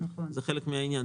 זה חלק מן העניין.